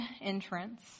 entrance